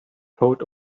told